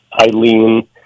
Eileen